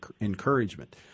encouragement